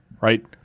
right